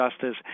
justice